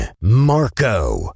Marco